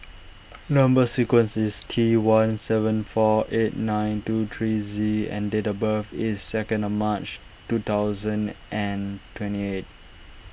Number Sequence is T one seven four eight nine two three Z and date of birth is second of March two thousand and twenty eight